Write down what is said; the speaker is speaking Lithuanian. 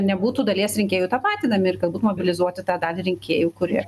nebūtų dalies rinkėjų tapatinami ir galbūt mobilizuoti tą dalį rinkėjų kurie